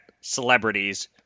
celebrities